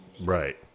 Right